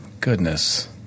goodness